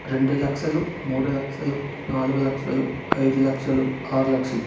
రెండు లక్షలు మూడు లక్షలు నాలుగు లక్షలు ఐదు లక్షలు ఆరు లక్షలు